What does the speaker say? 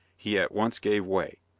he at once gave way.